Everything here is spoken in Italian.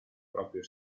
proprio